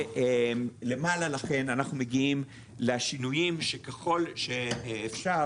ולמעלה לכן אנחנו מגיעים לשינויים, שככל שאפשר